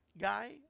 guy